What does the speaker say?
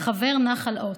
חבר נחל עוז.